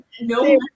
No